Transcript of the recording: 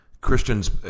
Christians